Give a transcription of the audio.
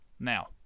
Now